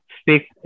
speak